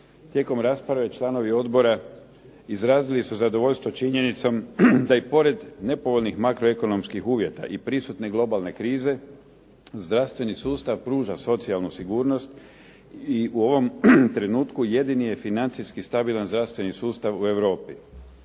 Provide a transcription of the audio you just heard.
Tijekom rasprave članovi odbora izrazili su zadovoljstvo činjenicom da i pored nepovoljnih nepovoljnih makroekonomskih uvjeta i prisutne globalne krize zdravstveni sustav pruža socijalnu sigurnost i u ovom trenutku jedini je financijski stabilan zdravstveni sustav u Europi.